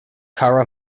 kara